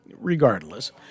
Regardless